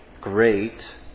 great